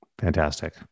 Fantastic